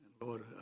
Lord